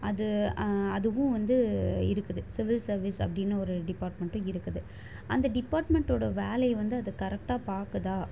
அது அதுவும் வந்து இருக்குது சிவில் சர்வீஸ் அப்படின்னு ஒரு டிபார்ட்மெண்ட்டும் இருக்குது அந்த டிபார்ட்மெண்டோடய வேலையை வந்து அது கரெக்டாக பார்க்குதா